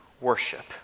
worship